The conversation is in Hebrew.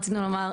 רצינו לומר,